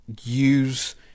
use